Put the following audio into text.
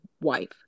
wife